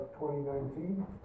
2019